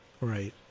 Right